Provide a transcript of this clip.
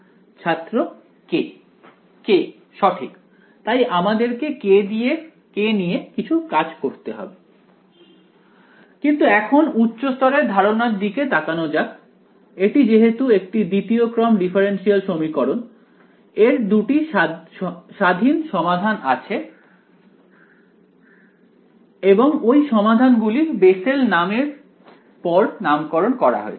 ছাত্র k k সঠিক তাই আমাদেরকে k নিয়ে কিছু কাজ করতে কিন্তু এখন উচ্চস্তরের ধারণার দিকে তাকানো যাক এটি যেহেতু একটি দ্বিতীয় ক্রম ডিফারেনশিয়াল সমীকরণ এর দুটি স্বাধীন সমাধান আছে এবং ওই সমাধান গুলি বেসেল নাম এরপর নামকরণ করা হয়েছে